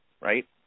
right